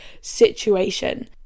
situation